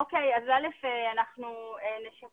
אוקיי, אז א' אנחנו נשפר.